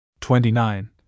Twenty-nine